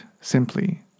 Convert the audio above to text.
simply